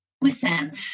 listen